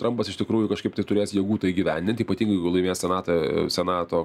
trampas iš tikrųjų kažkaip tai turės jėgų tai įgyvendinti ypatingai jeigu laimės senatą senato